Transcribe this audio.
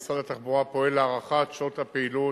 משרד התחבורה פועל להארכת שעות הפעילות,